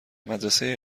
مدرسه